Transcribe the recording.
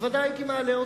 ודאי הייתי מעלה אותה,